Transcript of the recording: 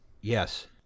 Yes